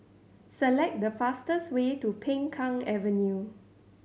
select the fastest way to Peng Kang Avenue